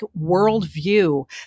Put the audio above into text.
worldview